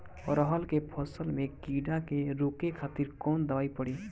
अरहर के फसल में कीड़ा के रोके खातिर कौन दवाई पड़ी?